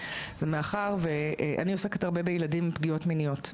אני עוסקת הרבה בילדים עם פגיעות מיניות.